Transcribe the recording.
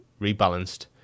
rebalanced